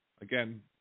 Again